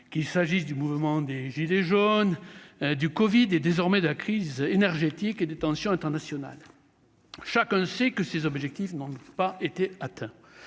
qu'il s'agisse du mouvement des Gilets jaunes du Covid est désormais de la crise énergétique et des tensions internationales, chacun sait que ces objectifs donc pas été atteint,